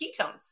ketones